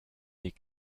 die